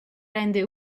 rende